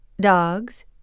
dogs